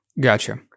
Gotcha